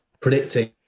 predicting